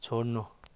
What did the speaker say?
छोड्नु